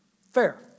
fair